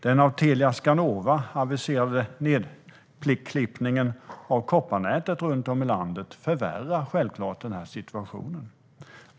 Den av Telia och Skanova aviserade klippningen av kopparnätet runt om i landet förvärrar självklart situationen.